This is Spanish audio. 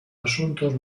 asuntos